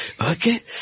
Okay